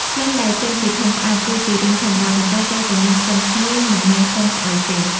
ក្លិន ដែលចេញពីធុងផ្អាប់ គឺជារឿងធម្មតា ប៉ុន្តែត្រូវតែមានក្លិនឈ្ងុយ មិនមែនក្លិនស្អុយទេ។